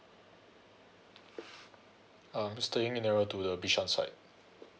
uh I'm staying nearer to the bishan side